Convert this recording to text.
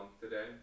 today